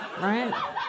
Right